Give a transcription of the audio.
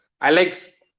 Alex